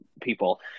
people